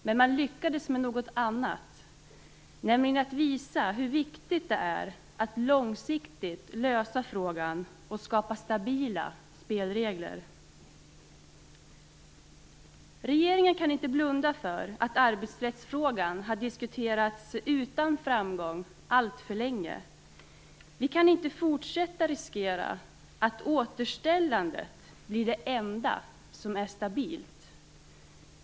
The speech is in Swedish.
Men man lyckades med något annat, nämligen att visa hur viktigt det är att långsiktigt lösa frågan och skapa stabila spelregler. Regeringen kan inte blunda för att arbetsrättsfrågan har diskuterats utan framgång alltför länge. Vi kan inte fortsätta riskera att återställandet blir det enda som är stabilt.